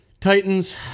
Titans